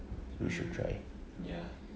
mm ya